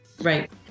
Right